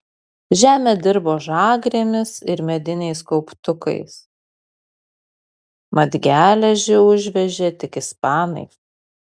žemę dirbo žagrėmis ir mediniais kauptukais mat geležį užvežė tik ispanai